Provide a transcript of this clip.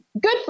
good